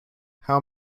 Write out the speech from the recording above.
how